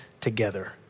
together